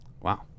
Wow